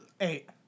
Eight